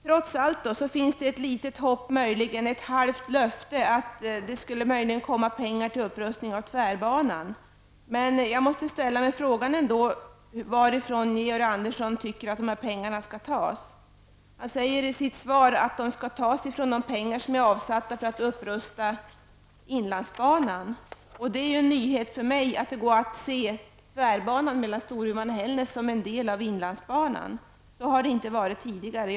Trots allt finns det ett litet hopp, ett halvt löfte att det skall komma pengar till upprustning av tvärbanan. Men jag måste ställa mig frågan varifrån Georg Andersson tycker att dessa pengar skall tas. Han säger i sitt svar att de skall tas från de pengar som är avsatta för en upprustning av inlandsbanan. Det var en nyhet för mig, att det går att se tvärbanan mellan Storuman och Hällnäs som en del av inlandsbanan. Så har det inte varit tidigare.